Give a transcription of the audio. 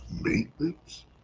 maintenance